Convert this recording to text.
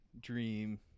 dream